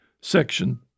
section